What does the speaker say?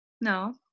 No